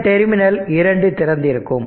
இந்த டெர்மினல் 2 திறந்திருக்கும்